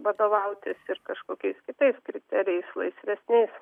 vadovautis ir kažkokiais kitais kriterijais laisvesniais